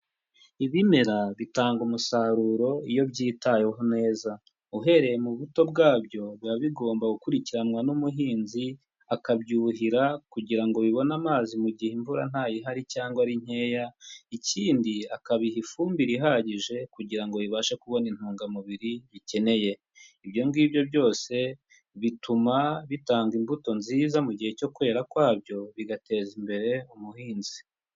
Ibimera bitanga umusaruro iyo byitaweho neza. Uhereye mu buto bwabyo biba bigomba gukurikiranwa n'umuhinzi akabyuhira kugira bibone amazi mu gihe imvura ntayihari cyangwa ari nkeya, ikindi akabiha ifumbire ihagije, kugira ngo bibashe kubona intungamubiri bikeneye. Ibyo ngibyo byose bituma bitanga imbuto nziza mu gihe cyo kwera kwabyo, bigateza imbere umuhinzi.